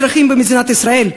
מהאזרחים במדינת ישראל.